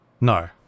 No